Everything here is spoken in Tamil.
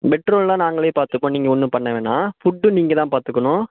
பெட்ரோல்லெலாம் நாங்களே பார்த்துப்போம் நீங்கள் ஒன்றும் பண்ண வேணாம் ஃபுட் நீங்கள்தான் பார்த்துக்கணும்